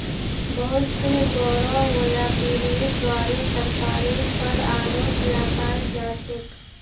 बहुत स बोरो व्यापीरीर द्वारे सरकारेर पर आरोप लगाल जा छेक